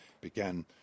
began